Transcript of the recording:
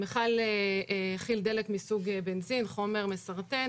המכל הכיל דלק מסוג בנזין, חומר מסרטן,